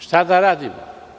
Šta da radim?